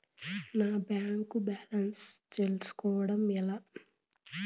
నా bank balance తెలుస్కోవడం ఎలా?